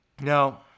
Now